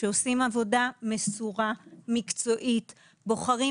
שעושים עבודה מסורה ומקצועית; שבוחרים